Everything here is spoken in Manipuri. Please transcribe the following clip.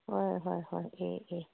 ꯍꯣꯏ ꯍꯣꯏ ꯍꯣꯏ ꯑꯦ ꯑꯦ